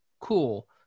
cool